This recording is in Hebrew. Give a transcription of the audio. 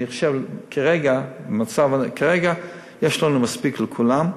כרגע יש לנו מספיק לכולם.